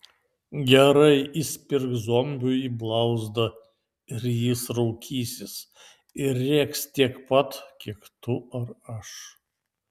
gerai įspirk zombiui į blauzdą ir jis raukysis ir rėks tiek pat kiek tu ar aš